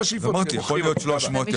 יכול להיות 300,